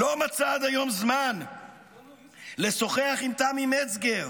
עד היום לא מצא זמן לשוחח עם תמי מצגר,